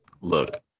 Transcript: look